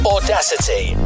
Audacity